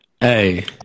Hey